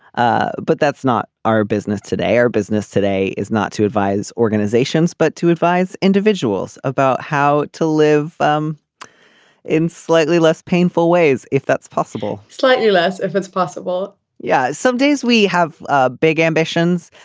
ah but that's not our business today our business today is not to advise organizations but to advise individuals about how to live. um in slightly less painful ways if that's possible slightly less if it's possible yes yeah some days we have ah big ambitions.